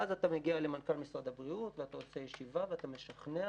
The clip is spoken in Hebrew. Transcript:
ואז אתה מגיע למנכ"ל משרד הבריאות ואתה עושה ישיבה ואתה משכנע